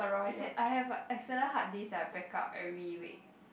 as in I have a external hard disk that I back up every week